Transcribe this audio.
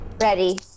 Ready